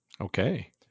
Okay